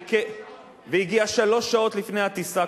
והוא הגיע שלוש שעות לפני הטיסה,